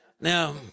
Now